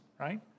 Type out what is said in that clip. right